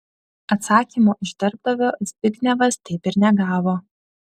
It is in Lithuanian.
atsakymo iš darbdavio zbignevas taip ir negavo